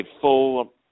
full